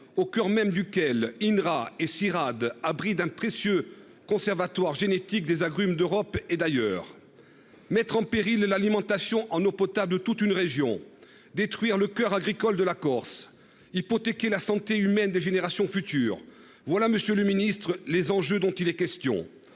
au coeur même duquel INRA et Cirad abri d'un précieux conservatoire génétique des agrumes d'Europe et d'ailleurs mettre en péril l'alimentation en eau potable de toute une région. Détruire le coeur agricole de la Corse hypothéquer la santé humaine des générations futures. Voilà Monsieur le Ministre, les enjeux dont il est question.